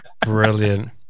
brilliant